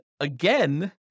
again